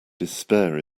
despair